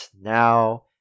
now